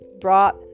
brought